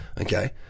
okay